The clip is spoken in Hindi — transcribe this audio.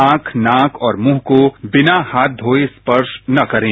आंख नाक और मृंह को बिना हाथ धोये स्पर्श न करें